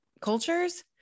cultures